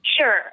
Sure